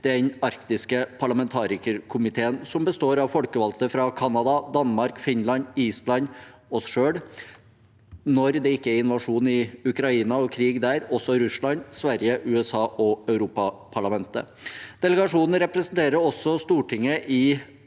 den arktiske parlamentarikerkomiteen, som består av folkevalgte fra Canada, Danmark, Finland, Island og oss selv, og når det ikke er invasjon i Ukraina og krig der, også Russland, Sverige, USA og Europaparlamentet. Delegasjonen representerer også Stortinget i